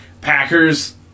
Packers